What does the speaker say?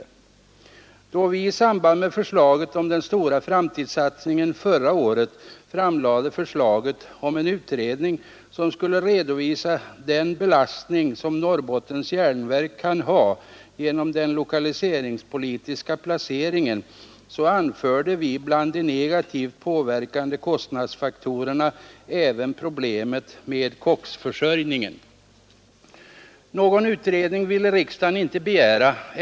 Is inför behovet av en Då vi i samband med propositionen om den stora framtidssatsningen förra året framlade förslaget om en utredning, som skulle redovisa den belastning som Norrbottens järnverk kan ha genom den lokaliseringspolitiska placeringen, anförde vi bland de negativt påverkande kostnadsfaktorerna även problem med koksförsörjningen. Någon utredning ville riksdagen inte begä syftet med vårt förslag.